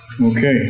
Okay